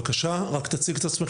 בבקשה, רק תציג את עצמך.